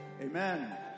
Amen